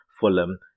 Fulham